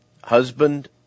husband